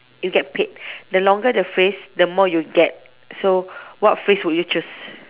you get paid the longer the phrase the more you get so what phrase would you choose